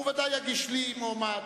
הוא ודאי יגיש לי מועמד.